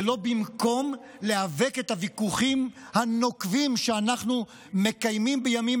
זה לא במקום להיאבק בוויכוחים הנוקבים שאנחנו מקיימים בימים